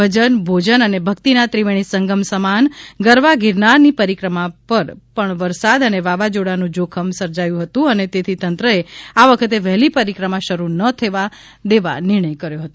ભજન ભોજન અને ભક્તિના ત્રિવેણી સંગમ સમાન ગરવા ગિરનારની પરિક્રમા પર પણ વરસાદ અને વાવાઝોડાનું જોખમ સર્જાયું હતું અને તેથી તંત્રએ આ વખતે વહેલી પરિક્રમા શરૂ ન થવા દેવા નિર્ણય કર્યો હતો